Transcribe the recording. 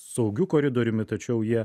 saugiu koridoriumi tačiau jie